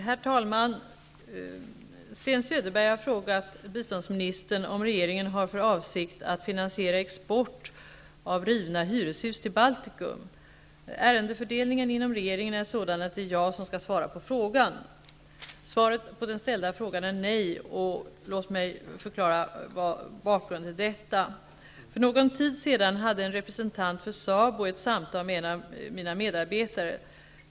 Herr talman! Herr Sten Söderberg har frågat biståndsministern om regeringen har för avsikt att finansiera export av rivna hyreshus till Baltikum. Ärendefördelning inom regeringen är sådan att det är jag som skall svara på frågan. Svaret på den ställda frågan är nej. Vad som hänt är följande. För någon tid sedan hade en representant för SABO ett samtal med en av mina medarbetare.